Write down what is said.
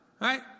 right